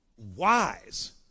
Wise